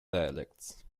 dialects